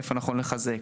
איפה נכון לחזק,